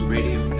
Radio